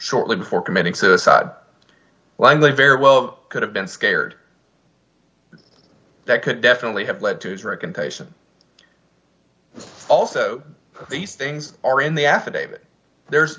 shortly before committing suicide when they very well could have been scared that could definitely have led to his recantation also these things are in the affidavit there's